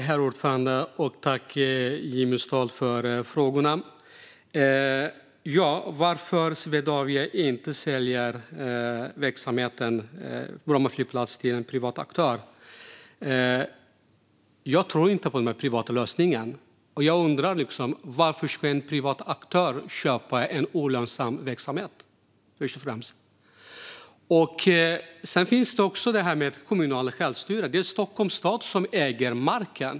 Herr talman! Tack, Jimmy Ståhl, för frågorna! Varför säljer inte Swedavia verksamheten på Bromma flygplats till en privat aktör? Jag tror inte på den privata lösningen, och jag undrar: Varför ska en privat aktör köpa en olönsam verksamhet? Vi har också det kommunala självstyret. Det är Stockholms stad som äger marken.